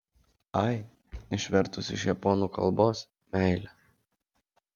ai išvertus iš japonų kalbos meilė